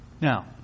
Now